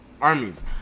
armies